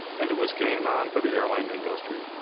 and it was game-on for the airline industry.